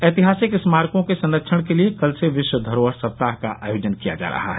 ऐतिहासिक स्मारकों के संरक्षण के लिये कल से विश्व धरोहर सप्ताह का आयोजन किया जा रहा है